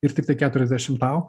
ir tiktai keturiasdešim tau